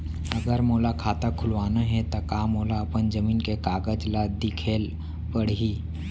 अगर मोला खाता खुलवाना हे त का मोला अपन जमीन के कागज ला दिखएल पढही?